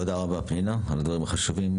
תודה רבה פנינה על הדברים החשובים.